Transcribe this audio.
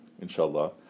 inshallah